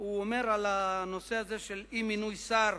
הוא אומר על הנושא של אי-מינוי שר: